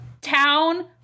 town